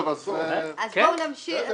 אז בואו נמשיך.